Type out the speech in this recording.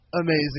amazing